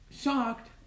shocked